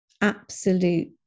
absolute